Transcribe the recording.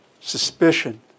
suspicion